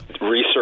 Research